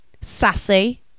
sassy